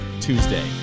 Tuesday